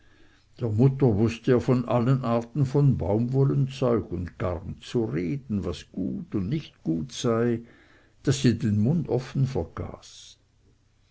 der mutter wußte er von allen arten von baumwollenzeug und garn zu reden was gut und nicht gut sei daß sie den mund offen vergaß